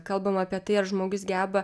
kalbama apie tai ar žmogus geba